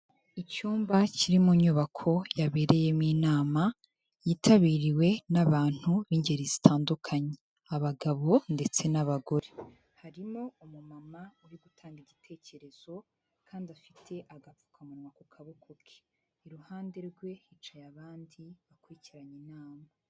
Icyumba kiri mu nyubako yabereyemo inama yitabiriwe n'abantu b'ingeri zitandukanye, abagabo ndetse n'abagore, harimo umumama uri gutanga igitekerezo kandi afite agapfukamunwa ku kaboko ke, iruhande rwe hicaye abandi bakurikiranye inama.